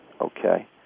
Okay